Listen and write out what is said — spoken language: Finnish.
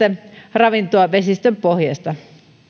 ravintoa vesistön pohjasta